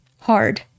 hard